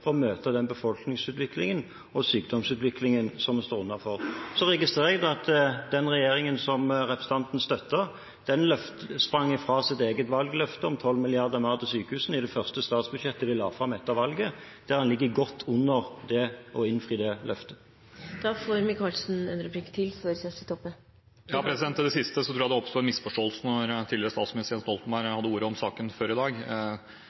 for å møte den befolkningsutviklingen og sykdomsutviklingen som vi står overfor. Så registrerer jeg at den regjeringen som representanten støtter, sprang fra sitt eget valgløfte om 12 mrd. kr mer til sykehusene i det første statsbudsjettet den la fram etter valget, der en ligger godt under det å innfri det løftet. Til det siste tror jeg det oppsto en misforståelse da tidligere statsminister Jens Stoltenberg hadde ordet om saken før i dag.